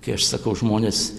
kai aš sakau žmonės